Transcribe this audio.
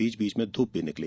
बीच बीच में धूप भी निकला